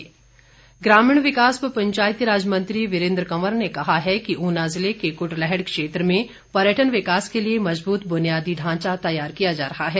वीरेन्द्र कंवर ग्रामीण विकास व पंचायती राज मंत्री वीरेन्द्र कंवर ने कहा है कि ऊना ज़िले के कुटलैहड़ क्षेत्र में पर्यटन विकास के लिए मज़बूत बुनियादी ढांचा तैयार किया जा रहा है